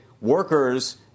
workers